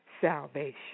salvation